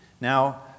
Now